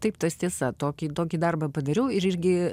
taip tas tiesa tokį tokį darbą padariau ir irgi